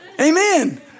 Amen